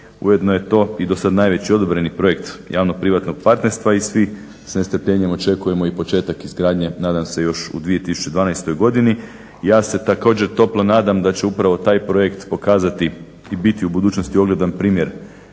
ujedno je to i do sad najveći odobreni projekt javno-privatnog partnerstva i svi s nestrpljenjem očekujemo i početak izgradnje, nadam se još u 2012. godini. Ja se također toplo nadam da će upravo taj projekt pokazati i biti u budućnosti ogledan primjer